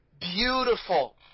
Beautiful